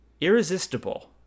Irresistible